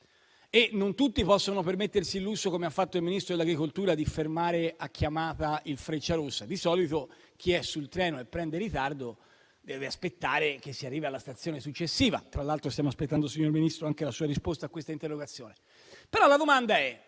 E non tutti possono permettersi il lusso, come ha fatto il Ministro dell'agricoltura, di fermare a chiamata il Frecciarossa, perché di solito chi è sul treno che fa ritardo deve aspettare che si arrivi alla stazione successiva (tra l'altro, stiamo aspettando, signor Ministro, la sua risposta anche all'interrogazione